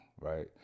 right